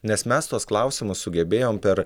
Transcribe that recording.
nes mes tuos klausimus sugebėjom per